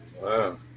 Wow